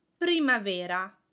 primavera